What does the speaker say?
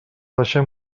deixem